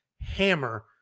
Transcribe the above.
hammer